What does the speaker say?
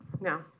No